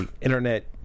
internet